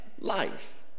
life